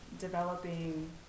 developing